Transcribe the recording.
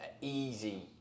easy